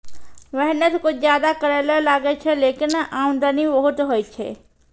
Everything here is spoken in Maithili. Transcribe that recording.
मेहनत कुछ ज्यादा करै ल लागै छै, लेकिन आमदनी बहुत होय छै